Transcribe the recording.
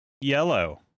yellow